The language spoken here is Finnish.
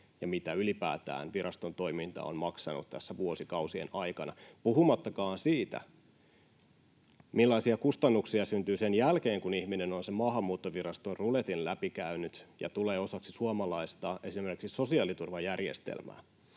mitä ylipäätään viraston toiminta on maksanut tässä vuosikausien aikana, puhumattakaan siitä, millaisia kustannuksia syntyy sen jälkeen, kun ihminen on sen Maahanmuuttoviraston ruletin läpikäynyt ja tulee osaksi esimerkiksi suomalaista sosiaaliturvajärjestelmää.